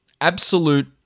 absolute